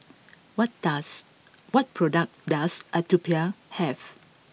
what does what products does Atopiclair have